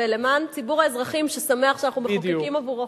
ולמען ציבור האזרחים ששמח שאנחנו מחוקקים עבורו חוקים.